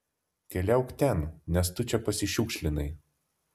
keliauk ten nes tu čia pasišiukšlinai